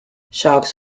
sharks